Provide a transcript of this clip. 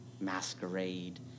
masquerade